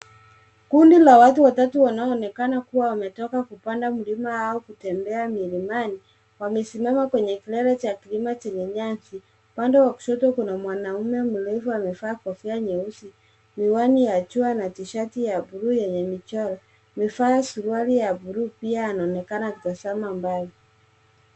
Kundi la watu watatu wanaonekana kuwa wametoka kupanda mlima au kutembea milimani. Wamesimama kwenye kilele cha mlima chenye nyasi. Upande wa kushoto kuna mwanaume mrefu amevaa kofia nyeusi, miwani ya jua na tishati ya blue yenye michoro. Amevaa suruali ya blue pia. Anaonekana akitazama mbali.